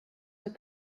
der